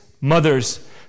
mothers